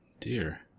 Dear